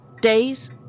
Days